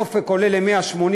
הדופק עולה ל-180,